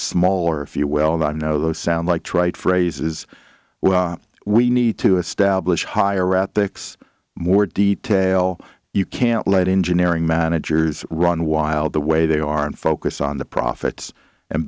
smaller if you well i know those sound like trite phrases we need to establish higher at the x more detail you can't let engineering managers run wild the way they are and focus on the profits and